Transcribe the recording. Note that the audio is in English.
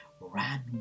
ran